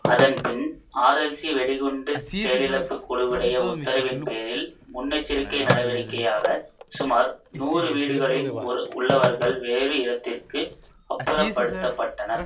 அதன் பின் ஆர்எல்சி வெடிகுண்டுச் செயலிழப்புக் குழுவுடைய உத்தரவின் பேரில் முன்னெச்சரிக்கை நடவடிக்கையாக சுமார் நூறு வீடுகளின் ஒரு உள்ளவர்கள் வேறு இடத்திற்கு அப்புறப்படுத்தப்பட்டனர்